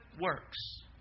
works